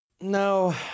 No